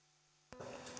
arvoisa